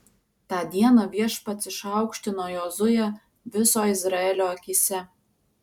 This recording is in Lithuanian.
tą dieną viešpats išaukštino jozuę viso izraelio akyse